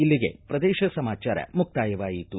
ಇಲ್ಲಿಗೆ ಪ್ರದೇಶ ಸಮಾಚಾರ ಮುಕ್ತಾಯವಾಯಿತು